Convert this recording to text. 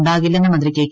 ഉണ്ടാകില്ലെന്ന് മന്ത്രി കെ